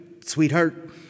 sweetheart